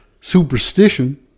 superstition